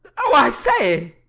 oh i say!